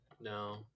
No